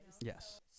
yes